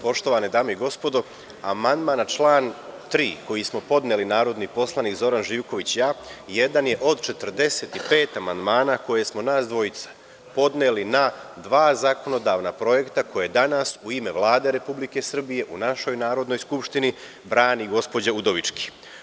Poštovane dame i gospodo, amandman na član 3. koji smo podneli narodni poslanik Zoran Živković i ja jedan je od 45 amandmana koje smo nas dvojica podneli na dva zakonodavna projekta koje danas u ime Vlade Republike Srbije u našoj Narodnoj skupštini brani gospođa Udovički.